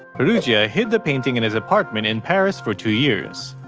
peruggia hid the painting in his apartment in paris for two years.